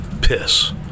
piss